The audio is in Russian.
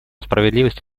справедливость